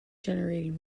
generating